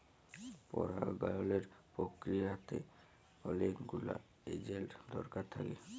পরাগায়লের পক্রিয়াতে অলেক গুলা এজেল্ট দরকার থ্যাকে